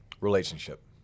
Relationship